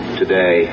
today